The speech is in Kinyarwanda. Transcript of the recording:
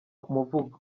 umuvugo